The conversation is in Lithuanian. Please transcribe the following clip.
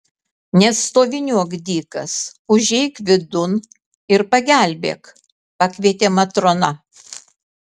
nestoviniuok dykas užeik vidun ir pagelbėk pakvietė matrona